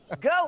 Go